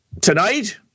tonight